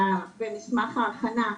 או --- במסמך ההכנה,